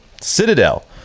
Citadel